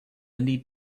need